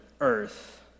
earth